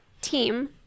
team